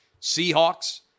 Seahawks